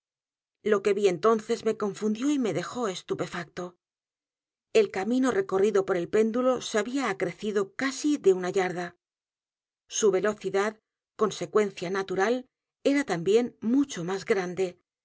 lo que vi entonces me confundió y me dejó estupefacto el camino recorrido por el péndulo se había acrecido casi de una y a r d a su velocidad consecuencia natural era también mucho más